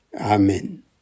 Amen